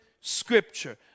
scripture